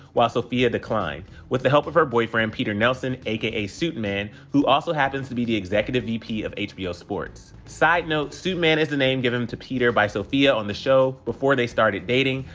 while sofia declined, with the help of her boyfriend, peter nelson aka suitman, who also happens to be the executive vp of hbo sports. side note suitman is the name given to peter by sofia on the show before they started dating,